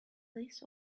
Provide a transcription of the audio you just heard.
this